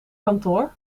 kantoor